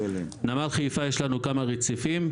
בנמל חיפה יש לנו כמה רציפים.